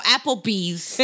Applebee's